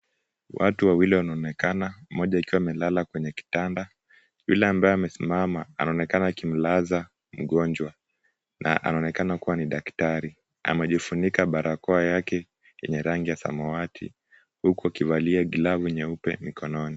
Watu wawili wanaonekana , mmoja akiwa amelala kwenye kitanda. Yule ambaye amesimama anaonekana akimlaza mgonjwa na anaonekana kuwa ni daktari. Amejifunika barakoa yake, yenye rangi ya samawati huku akivalia glavu nyeupe mikononi.